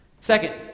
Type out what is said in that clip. Second